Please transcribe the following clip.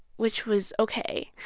which was ok.